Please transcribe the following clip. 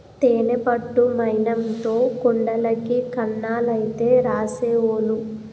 తేనె పట్టు మైనంతో కుండలకి కన్నాలైతే రాసేవోలు